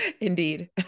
Indeed